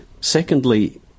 Secondly